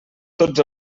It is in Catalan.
tots